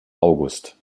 august